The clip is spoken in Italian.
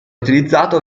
utilizzato